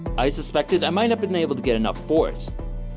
i suspected i might have been able to get enough force.